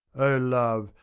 o love,